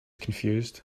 confused